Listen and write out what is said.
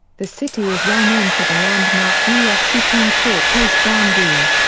the city is well known for the landmark u s. supreme court case brown v.